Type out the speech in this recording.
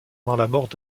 concernant